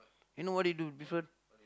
you know what he do different